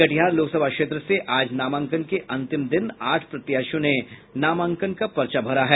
कटिहार लोकसभा क्षेत्र से आज नामांकन के अंतिम दिन आठ प्रत्याशियों ने नामांकन का पर्चा भरा है